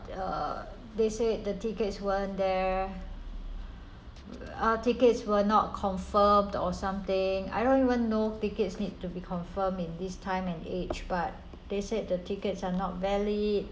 uh they said the tickets weren't there uh tickets were not confirmed or something I don't even know tickets need to be confirmed in this time and age but they said the tickets are not valid